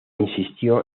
insistió